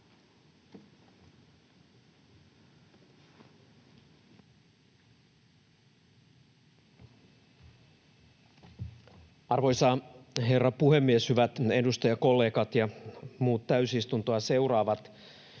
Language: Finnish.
Arvoisa herra puhemies! Hyvät edustajakollegat ja muut täysistuntoa seuraavat!